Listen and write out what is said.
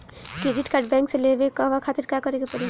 Credit card bank से लेवे कहवा खातिर का करे के पड़ी?